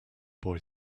boy